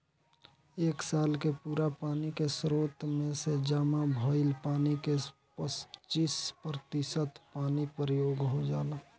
एक साल के पूरा पानी के स्रोत में से जामा भईल पानी के पच्चीस प्रतिशत पानी प्रयोग हो जाला